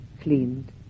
cleaned